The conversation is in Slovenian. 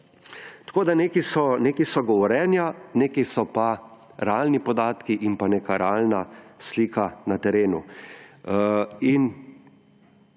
Tako so nekaj govorjenja, nekaj so pa realni podatki in pa neka realna slika na terenu.